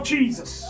Jesus